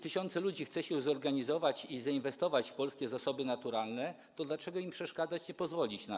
Tysiące ludzi chce się zorganizować i zainwestować w polskie zasoby naturalne, więc dlaczego im przeszkadzać i na to nie pozwalać?